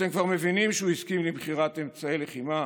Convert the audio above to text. אתם כבר מבינים שהוא הסכים למכירת אמצעי לחימה